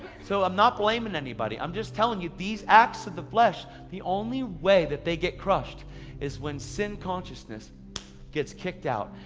so i'm not blaming anybody i'm just telling you these acts of the flesh, the only way they get crushed is when sin consciousness gets kicked out,